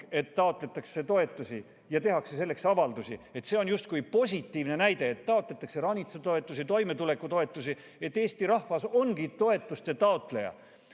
et taotletakse toetusi ja tehakse selleks avaldusi, on justkui positiivne, sest taotletakse ranitsatoetusi, toimetulekutoetusi – Eesti rahvas ongi toetuste taotleja.